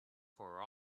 for